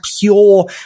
pure